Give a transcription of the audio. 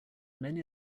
many